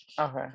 Okay